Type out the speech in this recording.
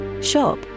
shop